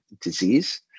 disease